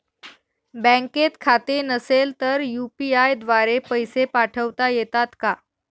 बँकेत खाते नसेल तर यू.पी.आय द्वारे पैसे पाठवता येतात का?